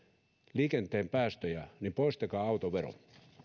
liikenteen päästöjä poistakaa autovero